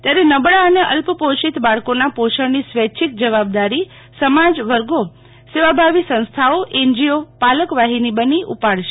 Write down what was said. ત્યારે નબળા અને અલ્પપોષિત બાળકીના પ્રોષણની સ્વેચ્છિક જેવાબદારી સમાજ વર્ગો સેવાભાવી સંસ્થાઓ એનજીઓ પાલક વાફીની બની ઉપાડશે